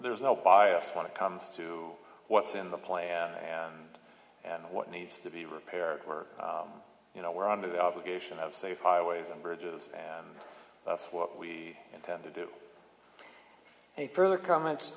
there's no bias want to come to what's in the plan and and what needs to be repaired where you know we're on the obligation of safe highways and bridges and that's what we intend to do any further comments